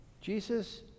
Jesus